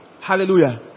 Hallelujah